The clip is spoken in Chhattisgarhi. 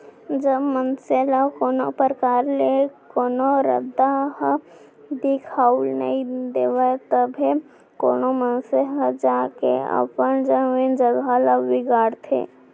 जब मनसे ल कोनो परकार ले कोनो रद्दा ह दिखाउल नइ देवय तभे कोनो मनसे ह जाके अपन जमीन जघा ल बिगाड़थे